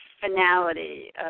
finality